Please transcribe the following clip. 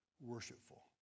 worshipful